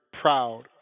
proud